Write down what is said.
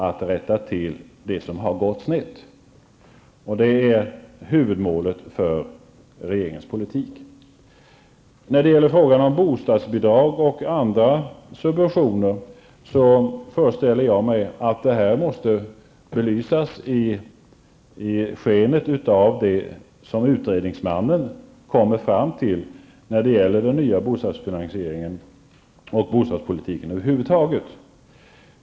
Att rätta till det som har gått snett är huvudmålet för regeringens politik. Jag föreställer mig att frågan om bostadsbidrag och andra subventioner måste belysas i skenet av det som utredningsmannen kommer fram till när det gäller den nya bostadsfinansieringen och bostadspolitiken över huvud taget.